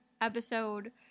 episode